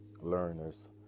learner's